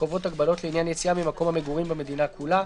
הקובעות הגבלות לעניין יציאה ממקום המגורים במדינה כולה,